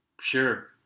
sure